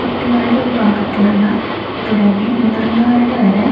കുട്ടികളുടെ ഒരു ഭാഗത്ത് നിന്ന് തുടങ്ങി മുതിർന്നവരുടെ വരെ